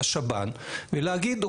לשב"ן ולהגיד,